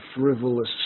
frivolous